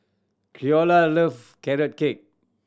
Creola love Carrot Cake